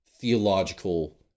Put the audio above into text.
theological